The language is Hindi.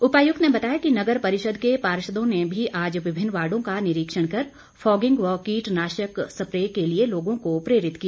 उपायुक्त ने बताया कि नगर परिषद के पार्षदों ने भी आज विभिन्न वार्डों का निरीक्षण कर फॉगिंग व कीटनाशक स्प्रे के लिए लोगों को प्रेरित किया